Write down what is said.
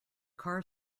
car